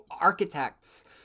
architects